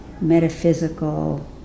metaphysical